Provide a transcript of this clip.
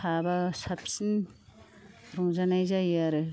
थाबा साबसिन रंजानाय जायो आरो